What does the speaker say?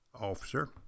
officer